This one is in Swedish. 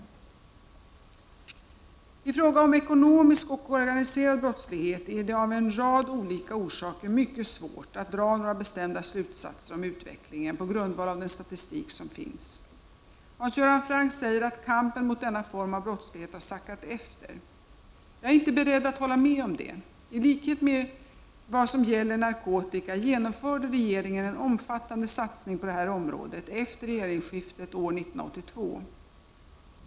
I fråga om ekonomisk och organiserad brottslighet är det av en rad olika orsaker mycket svårt att dra några bestämda slutsatser om utvecklingen på grundval av den statistik som finns. Hans Göran Franck säger att kampen mot denna form av brottslighet har sackat efter. Jag är inte beredd att hålla med om detta. I likhet med vad som gäller narkotika genomförde regeringen en omfattande satsning på det här området efter regeringsskiftet år 1982.